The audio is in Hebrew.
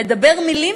לדבר מילים,